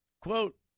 Quote